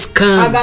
come